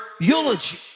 eulogy